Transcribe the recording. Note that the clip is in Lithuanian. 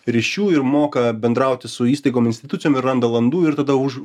ryšių ir moka bendrauti su įstaigomi institucijom ir randa landų ir tada už